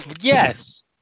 yes